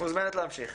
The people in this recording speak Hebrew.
מוזמנת להמשיך.